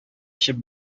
эчеп